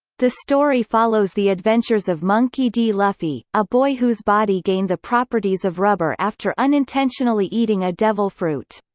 the story follows the adventures of monkey d. luffy, a boy whose body gained the properties of rubber after unintentionally eating a devil fruit.